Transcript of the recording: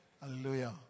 Hallelujah